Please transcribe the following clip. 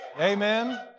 Amen